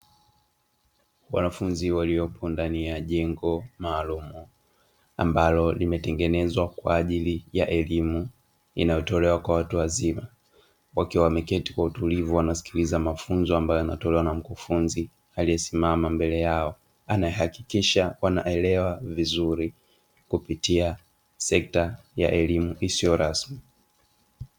Wanafunzi waliopo ndani ya jengo maalumu ambalo limetengenezwa kwa ajili ya elimu inayotolewa kwa watu wazima, wakiwa wameketi kwa utulivu wanasikiliza mafunzo ambayo yanatolewa na mkufunzi aliyesimama mbele yao; anayehakikisha wanaelewa vizuri kupitia sekta ya elimu isiyo rasmi.